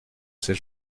ses